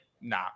nah